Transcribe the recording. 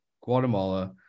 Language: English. Guatemala